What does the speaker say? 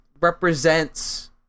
represents